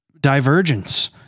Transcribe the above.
divergence